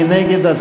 מי נגד?